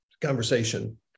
conversation